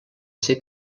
ser